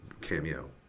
Cameo